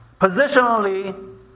positionally